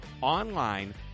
online